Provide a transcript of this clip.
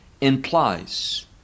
implies